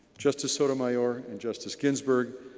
justice sotomayor and justice ginsberg,